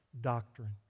doctrine